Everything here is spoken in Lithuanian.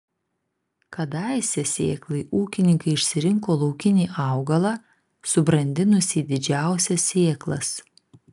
kadaise sėklai ūkininkai išsirinko laukinį augalą subrandinusį didžiausias sėklas